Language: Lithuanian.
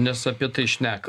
nes apie tai šneka